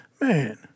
man